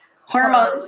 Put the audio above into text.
hormones